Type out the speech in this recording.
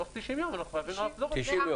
תוך 90 יום אנחנו חייבים לחזור אליו.